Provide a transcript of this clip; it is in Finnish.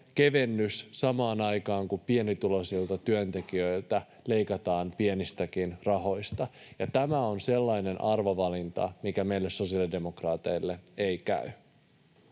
veronkevennys samaan aikaan kun pienituloisilta työntekijöiltä leikataan pienistäkin rahoista? Tämä on sellainen arvovalinta, mikä meille sosiaalidemokraateille ei käy.